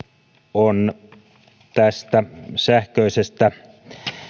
on tästä sähköisestä